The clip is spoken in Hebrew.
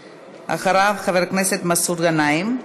ואחריו, חבר הכנסת מסעוד גנאים.